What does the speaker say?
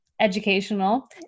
educational